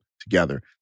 together